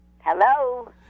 Hello